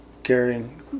Carrying